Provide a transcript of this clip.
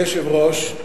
אדוני היושב-ראש,